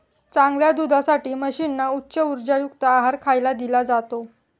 चांगल्या दुधासाठी म्हशींना उच्च उर्जायुक्त आहार खायला दिला जातो